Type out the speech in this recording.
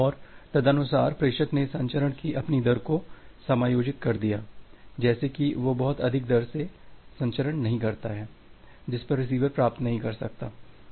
और तदनुसार प्रेषक ने संचरण की अपनी दर को समायोजित कर दिया जैसे कि वह बहुत अधिक दर से संचरण नहीं करता है जिस पर रिसीवर प्राप्त नहीं कर सकता है